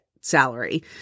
salary